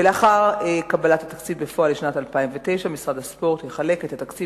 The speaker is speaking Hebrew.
לאחר קבלת התקציב בפועל לשנת 2009 משרד הספורט יחלק את התקציב